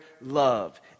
love